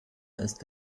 ist